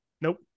Nope